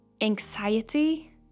anxiety